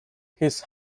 his